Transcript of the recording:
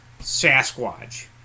Sasquatch